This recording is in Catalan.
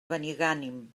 benigànim